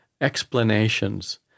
explanations